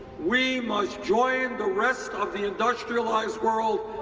we must join the rest of the industrialized world,